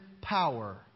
power